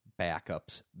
backups